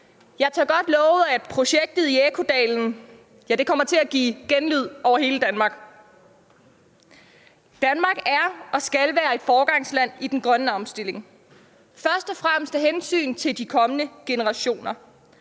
Jeg tør godt love, at projektet i Ekkodalen kommer til at give genlyd over hele Danmark. Danmark er og skal være foregangsland i den grønne omstilling, først og fremmest af hensyn til de kommende generationer.